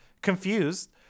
confused